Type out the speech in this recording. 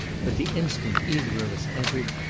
but the instant either of us entered,